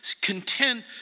content